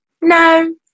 No